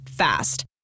Fast